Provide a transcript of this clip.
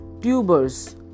tubers